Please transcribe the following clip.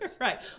Right